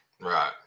Right